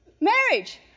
Marriage